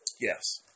Yes